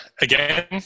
again